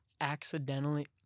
accidentally